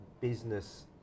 business